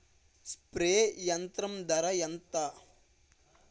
Spray యంత్రం ధర ఏంతా?